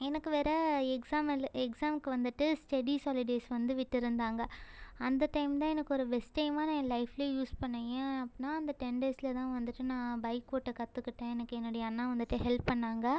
எனக்கு வேறு எக்ஸாம் எழு எக்ஸாமுக்கு வந்துவிட்டு ஸ்டெடிஸ் ஹாலிடேஸ் விட்டிருந்தாங்க அந்த டைம் தான் எனக்கு ஒரு பெஸ்ட் டைமாக நான் என் லைஃப்பில் யூஸ் பண்ணிணேன் ஏன் அப்புடின்னா அந்த டென் டேஸில் தான் வந்துவிட்டு நான் பைக் ஓட்ட கற்றுக்கிட்டேன் எனக்கு என்னுடைய அண்ணா வந்துட்டு ஹெல்ப் பண்ணாங்க